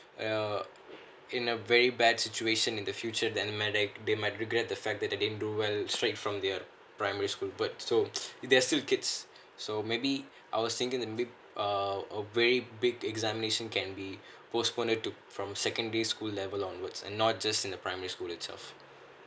yeah in a very bad situation in the future then they might regret the fact that they didn't do well straight from the primary school but so there's still kids so maybe I was thinking that may~ uh a very big examination can be postponed to from secondary school level onwards and not just in the primary school itself